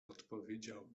odpowiedziała